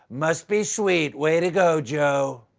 must be sweet, way to go joe.